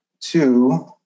two